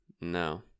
No